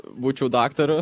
būčiau daktaru